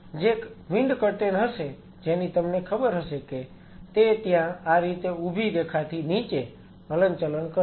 જે wind curtain હશે જેની તમને ખબર હશે કે તે ત્યાં આ રીતે ઊભી રેખાથી નીચે હલનચલન કરશે